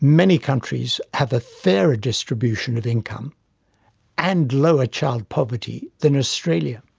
many countries have a fairer distribution of income and lower child poverty than australia.